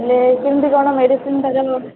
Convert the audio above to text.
ହେଲେ କେମିତି ଜଣେ ମେଡ଼ିସିନଟା ଦେବ